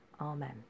Amen